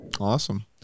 awesome